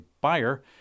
buyer